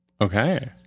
okay